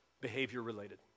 behavior-related